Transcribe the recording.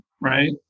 right